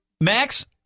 Max